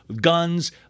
guns